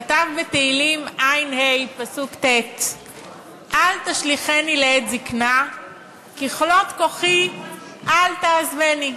כתב בתהילים ע"א פסוק ט': "אל תשליכני לעת זקנה ככלות כוחי אל תעזבני",